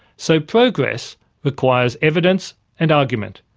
so progress requires evidence and argument.